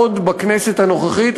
עוד בכנסת הנוכחית,